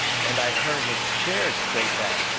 and i hearn his chair scrape back,